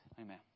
Amen